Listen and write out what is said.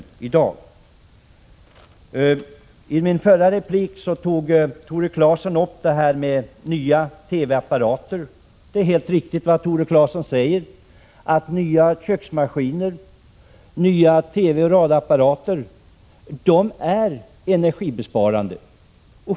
Tore Claeson talade i sin förra replik något om nya TV-apparater. Vad Tore Claeson säger är helt riktigt, nämligen att nya köksmaskiner och nya TV och radioapparater är energibesparande.